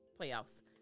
playoffs